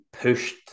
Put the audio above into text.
pushed